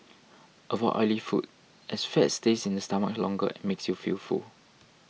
avoid oily foods as fat stays in the stomach longer and makes you feel full